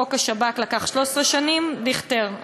חוק השב"כ לקח 13 שנים, דיכטר?